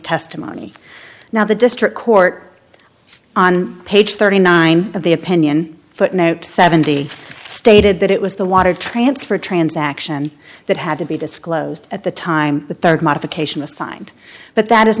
testimony now the district court on page thirty nine of the opinion footnote seventy stated that it was the water transfer transaction that had to be disclosed at the time the rd modification assigned but that is